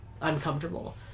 uncomfortable